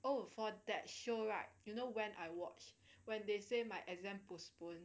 oh for that show right you know when I watch when they say my exam postpone